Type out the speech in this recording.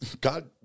God